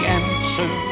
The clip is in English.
answer